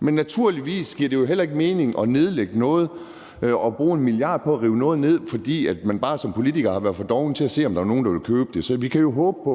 Men naturligvis giver det jo heller ikke mening at nedlægge noget og bruge 1 mia. kr. på at rive noget ned, fordi man som politiker bare har været for doven til at se på, om der var nogen, der ville købe det. Så vi kan jo